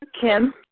Kim